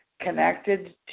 connected